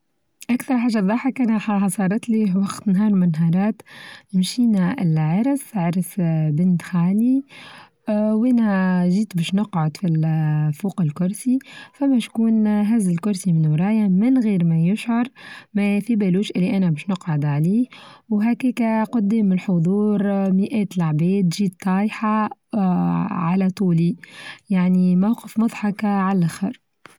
أكثر حاچة تضحك أنا حصلتلى وخت نهار من المهارات أمشينا العرس عرس بنت خالي آآ وأنا جيت باش نقعد فى ال فوق الكرسي فبيش يكون هز الكرسي من ورايا من غير ما يشعر ما في بالوش إني أنا باش نقعد عليه وهاكاكا قدام الحضور مئات العباد جيت طايحة آآ على طولي، يعني موقف مضحكة على اللخر.